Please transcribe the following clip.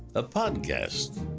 a podcast.